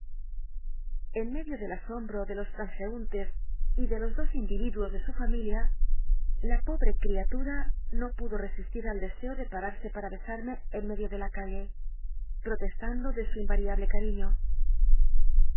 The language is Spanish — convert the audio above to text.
en medio del asombro de los ttanseuntes y de los dos individuos de su familia la pobte cri tluta no pudo resisti r al deseo de pararse para besarme on medio de la calle ptotestando de su invariahlo cariño